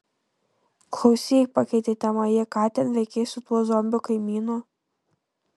klausyk pakeitė temą ji ką ten veikei su tuo zombiu kaimynu